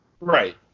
Right